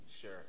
Sure